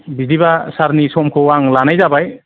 बिदिबा सारनि समखौ आं लानाय जाबाय